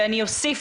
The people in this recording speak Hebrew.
ואני אוסיף,